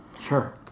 Sure